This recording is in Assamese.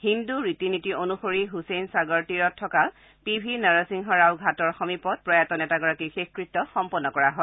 হিন্দু ৰীতি নীতি অনুসৰি ছছেইন সাগৰ তীৰত থকা পি ভি নৰসিংহ ৰাও ঘাটৰ সমীপত প্ৰয়াত নেতাগৰাকীৰ শেষকৃত্য সম্পন্ন কৰা হয়